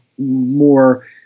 more